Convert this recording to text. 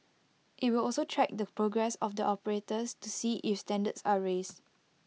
IT will also track the progress of the operators to see if standards are raised